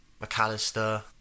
McAllister